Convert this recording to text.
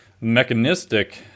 mechanistic